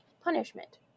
punishment